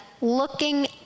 looking